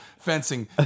fencing